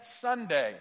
Sunday